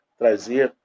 trazer